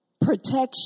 protection